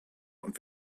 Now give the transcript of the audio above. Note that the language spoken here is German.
und